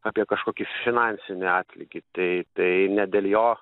apie kažkokį finansinį atlygį tai tai ne dėl jo